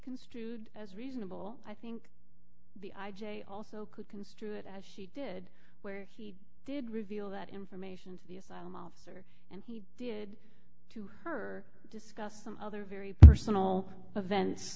construed as reasonable i think the i j a also could construe it as she did where he did reveal that information to the asylum officer and he did to her discuss some other very personal events